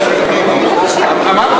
למה,